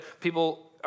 people